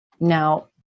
Now